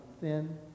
thin